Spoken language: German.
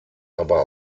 aber